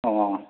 ꯑꯣ